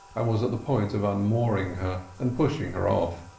and was on the point of unmooring her, and pushing her off,